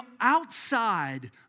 outside